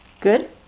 Good